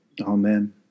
Amen